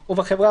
בסדר.